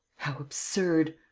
how absurd!